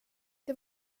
det